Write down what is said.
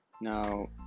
Now